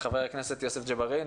וחבר הכנסת יוסף ג'בארין,